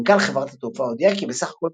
מנכ"ל חברת התעופה הודיע כי בסך הכול